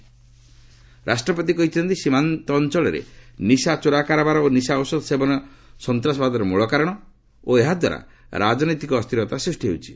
ସେ କହିଛନ୍ତି ସୀମାନ୍ତ ଅଞ୍ଚଳରେ ନିଶା ଚୋରା କାରବାର ଓ ନିଶା ଔଷଧ ସେବନ ସନ୍ତାସବାଦର ମୂଳ କାରଣ ଓ ଏହା ଦ୍ୱାରା ରାଜନୈତିକ ଅସ୍ଥିରତା ସୃଷ୍ଟି ହେଉଛି